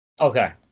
Okay